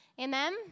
amen